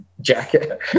jacket